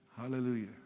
Hallelujah